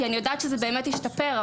כי אני יודעת שזה באמת השתפר.